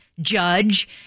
judge